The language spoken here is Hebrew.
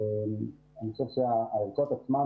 אני חושב שהערכות עצמן